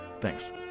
Thanks